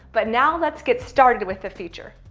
but now let's get started with the feature.